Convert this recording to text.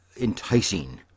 enticing